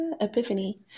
epiphany